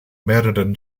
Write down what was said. mehreren